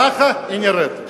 ככה היא נראית.